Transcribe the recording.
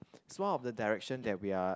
it's one of the direction that we are